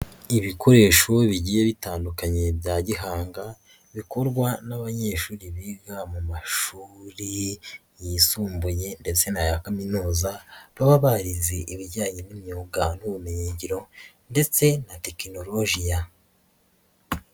Ibikoresho bigiye bitandukanye bya gihanga bikorwa n'abanyeshuri biga mu mashuri yisumbuye ndetse n'aya kaminuza baba barize ibijyanye n'imyuga n'ubumenyingiro ndetse na tekinolojiya.